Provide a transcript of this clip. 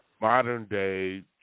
modern-day